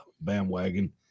bandwagon